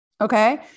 okay